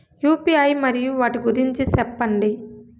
UPI మరియు వాటి గురించి సెప్పండి?